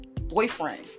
boyfriend